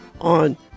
on